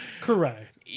Correct